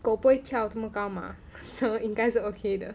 狗不会跳这么高 mah so 应该是 ok 的